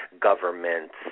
Governments